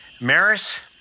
Maris